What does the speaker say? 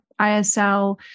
ISL